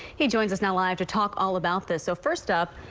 he joins us now live to talk all about this so first up.